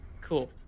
Cool